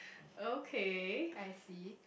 okay I see